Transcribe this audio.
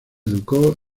educó